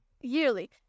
Yearly